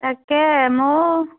তাকে মোৰ